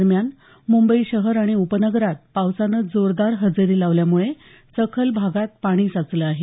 दरम्यान मुंबई शहर आणि उपनगरात पावसानं जोरदार हजेरी लावल्यामुळे सखल भागात पाणी साचलं आहे